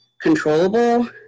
controllable